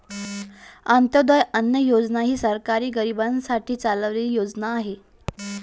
अंत्योदय अन्न योजना ही सरकार गरीबांसाठी चालवलेली योजना आहे